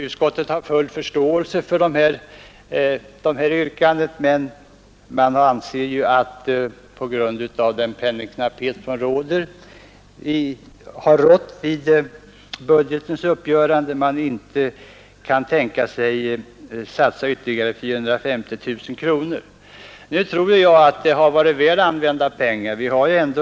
Utskottet har full förståelse för yrkandet men anser sig på grund av den penningknapphet som rått vid budgetens uppgörande inte kunna satsa ytterligare 450 000 kronor. Nu tror ju jag att det hade varit väl använda pengar.